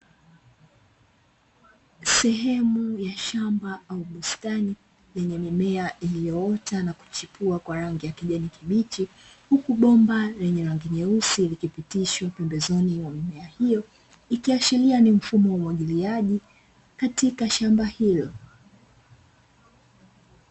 Sehemu ya shamba au bustani yenye mimea iliyoota na kuchipua kwa rangi ya kijani kibichi, huku bomba lenye rangi nyeusi likipitishwa pembezoni mwa mimea hiyo, ikiashiria ni mfumo wa umwagiliaji katika shamba hilo.